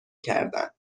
کردن